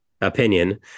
opinion